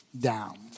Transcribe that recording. down